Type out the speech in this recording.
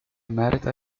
merita